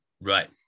Right